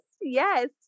yes